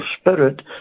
spirit